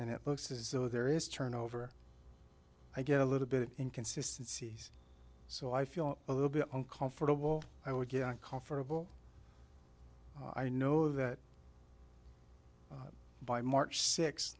and it looks as though there is turnover i get a little bit in consistencies so i feel a little bit uncomfortable i would get comfortable i know that by march six